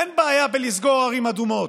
אין בעיה בלסגור ערים אדומות,